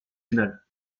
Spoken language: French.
finale